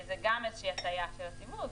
זה גם איזו שהיא הטעייה של הציבור.